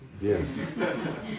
Yes